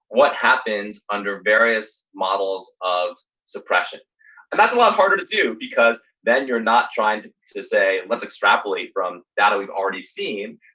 what happens under various models of suppression? and that's a lot harder to do because then you're not trying to to say, let's extrapolate from data we've already seen.